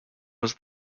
was